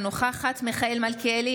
אינה נוכחת מיכאל מלכיאלי,